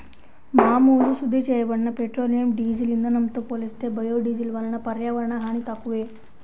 మామూలు శుద్ధి చేయబడిన పెట్రోలియం, డీజిల్ ఇంధనంతో పోలిస్తే బయోడీజిల్ వలన పర్యావరణ హాని తక్కువే